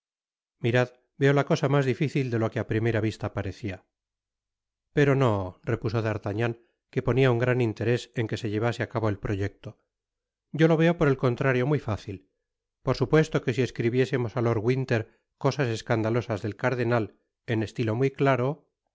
mirad veo la cosa mas dificil de lo qne á primera vista parecia pero no repuso d'artagnan que ponia un gran interés en que se llevase á cabo el proyecto yo lo veo por el contrario muy fácil por supuesto que si escribiésemos á lord winter cosas escandalosas del cardenal en estilo muy claro